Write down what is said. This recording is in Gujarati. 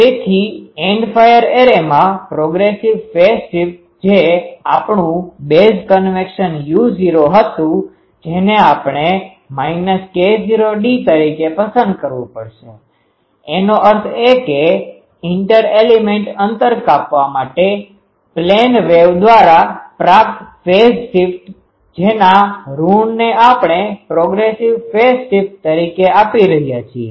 તેથી એન્ડ ફાયર એરેમાં પ્રોગ્રેસીવ ફેઝ શિફ્ટ જે આપણું બેઝ કન્વેશન u0 હતું જેને આપણે K૦d તરીકે પસંદ કરવું પડશે એનો અર્થ એ કે ઇન્ટર એલીમેન્ટ અંતર કાપવા માટે પ્લેન વેવ દ્વારા પ્રાપ્ત ફેઝ સ્પેસ જેના ઋણને આપણે પ્રોગ્રેસીવ ફેઝ શિફ્ટ તરીકે આપી રહ્યા છીએ